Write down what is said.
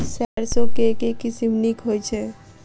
सैरसो केँ के किसिम नीक होइ छै?